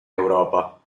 europa